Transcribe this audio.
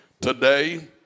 today